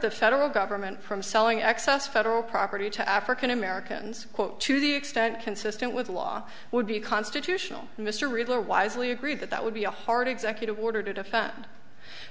the federal government from selling access federal property to african americans to the extent consistent with the law would be constitutional mr realer wisely agreed that that would be a hard executive order to defend